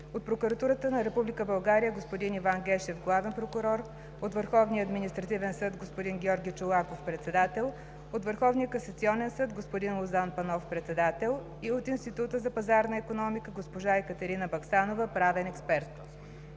от Прокуратурата на Република България: господин Иван Гешев – главен прокурор; от Върховния административен съд: господин Георги Чолаков – председател; от Върховния касационен съд: господин Лозан Панов – председател, и от Института за пазарна икономика: госпожа Екатерина Баксанова – правен експерт.